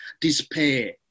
despair